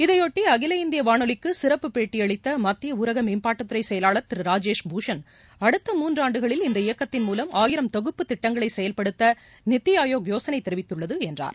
இதையொட்டி அகில இந்திய வானொலிக்கு சிறப்பு பேட்டியளித்த மத்திய ஊரக மேம்பாட்டுத்துறை செயலாளர் திரு ராஜேஷ் பூஷன் அடுத்த மூன்று ஆண்டுகளில் இந்த இயக்கத்தின் மூலம் ஆயிரம் தொகுப்புத் திட்டங்களை செயல்படுத்த நித்தி ஆயோக் யோசனை தெரிவித்துள்ளது என்றார்